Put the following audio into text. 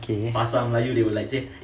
okay